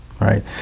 right